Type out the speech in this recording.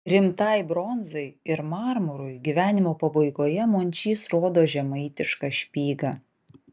rimtai bronzai ir marmurui gyvenimo pabaigoje mončys rodo žemaitišką špygą